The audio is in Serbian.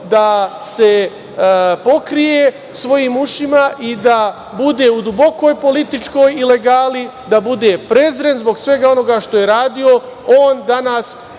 da se pokrije svojim ušima i da bude u dubokoj političkoj ilegali, da bude prezren zbog svega onoga što je radio, on danas